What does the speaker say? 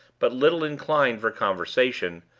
but little inclined for conversation,